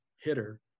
hitter